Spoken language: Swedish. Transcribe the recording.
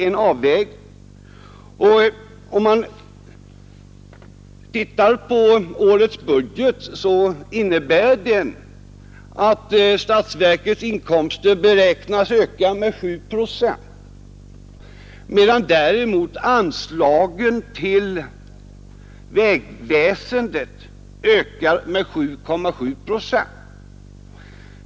Enligt årets budget beräknas statsverkets inkomster öka med 7 procent, medan anslagen till vägväsendet ökas med 7,7 procent.